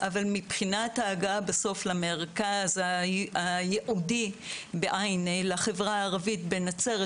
אבל מבחינת ההגעה בסוף למרכז הייעודי לחברה הערבית בנצרת,